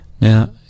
Now